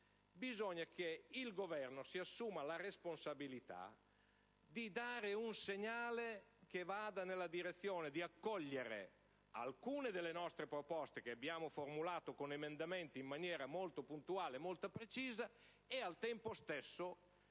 bisogna che il Governo si assuma la responsabilità di dare un segnale che vada nella direzione di accogliere alcune delle nostre proposte (che abbiamo formulato con emendamenti in maniera molto puntuale e molto precisa) e, al tempo stesso, bisogna